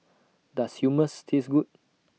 Does Hummus Taste Good